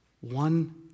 one